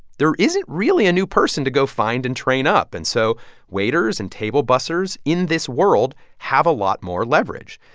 there isn't really a new person to go find and train up. and so waiters and table bussers in this world have a lot more leverage.